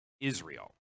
Israel